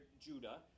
Judah